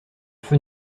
feu